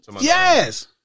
Yes